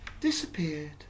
disappeared